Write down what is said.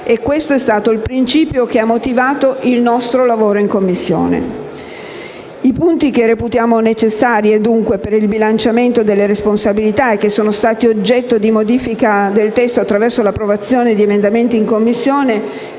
Questo è stato il principio che ha motivato il nostro lavoro in Commissione. I punti che reputiamo necessari dunque per il bilanciamento delle responsabilità e che sono stati oggetto di modifica del testo attraverso l'approvazione di emendamenti in Commissione